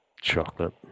Chocolate